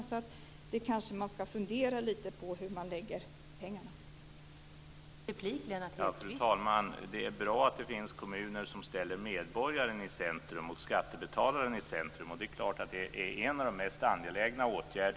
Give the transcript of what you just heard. Man kanske ska fundera lite på hur man lägger pengarna.